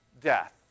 death